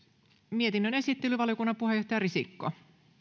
mietinnön esittelee valiokunnan puheenjohtaja risikko